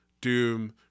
Doom